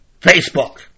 Facebook